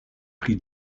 pri